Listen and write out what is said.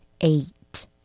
eight